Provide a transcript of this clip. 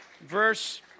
verse